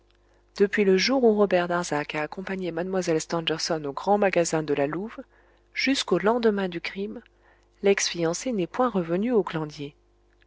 depuis le jour où robert darzac a accompagné mlle stangerson aux grands magasins de la louve jusqu'au lendemain du crime lex fiancé n'est point revenu au